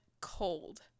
cold